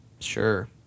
Sure